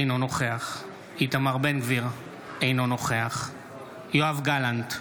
אינו נוכח איתמר בן גביר, אינו נוכח יואב גלנט,